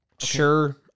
Sure